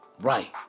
right